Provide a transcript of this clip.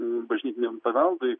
bažnytiniam paveldui